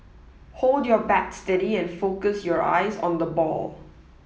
hold your bat steady and focus your eyes on the ball